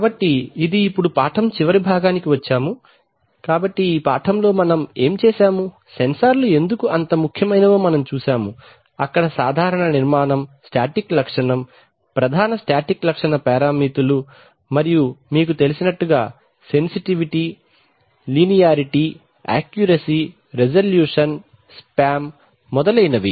కాబట్టి ఇది ఇప్పుడు పాఠం చివరి భాగానికి వచ్చాము కాబట్టి ఈ పాఠంలో మనం ఏమి చేశాము సెన్సార్లు ఎందుకు అంత ముఖ్యమైనవో మనం చూశాము అక్కడ సాధారణ నిర్మాణం స్టాటిక్ లక్షణం ప్రధాన స్టాటిక్ లక్షణ పారామితులు మరియు మీకు తెలిసినట్లుగా sensitivity linearity accuracy resolution span మొదలైనవి